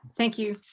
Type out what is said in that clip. thank you.